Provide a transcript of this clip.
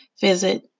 Visit